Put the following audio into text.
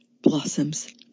blossoms